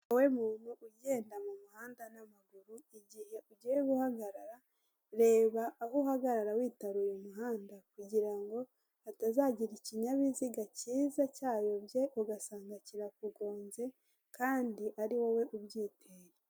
Wowe muntu ugenda mu muhanda n'amaguru igihe ugiye guhagarara reba aho uhagarara witaruye umuhanda kugirango hatazagira ikinyabiziga cyiza cyayobye ugasanga kirakugonze kandi ari wowe ubyiteye.